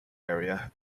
area